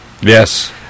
Yes